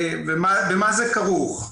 במה זה כרוך?